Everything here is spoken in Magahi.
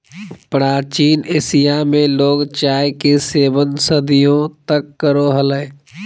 प्राचीन एशिया में लोग चाय के सेवन सदियों तक करो हलय